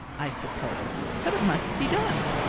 i suppose, but it must be done.